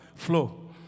Flow